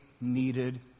needed